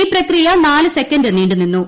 ഈ പ്രക്രിയ നാല് സെക്കുന്റ് ന്റീണ്ടുനിന്നു